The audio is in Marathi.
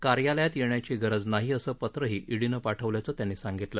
कार्यालयात येण्याची गरज नाही अस पत्रही ईडीनं पाठवल्याचं त्यांनी सांगितलं